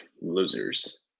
losers